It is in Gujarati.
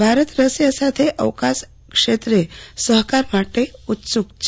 ભારત રશિયા સાથે અવકાશ ક્ષેત્રે સહકાર માટે ઉત્સુક છે